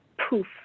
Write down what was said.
poof